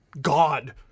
God